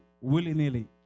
willy-nilly